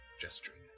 gesturing